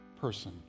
person